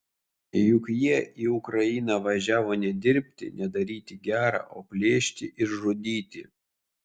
juk jie į ukrainą važiavo ne dirbti ne daryti gera o plėšti ir žudyti